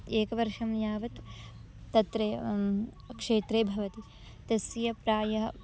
एकं वर्षं यावत् तत्र क्षेत्रे भवति तस्य प्रायः